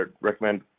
recommend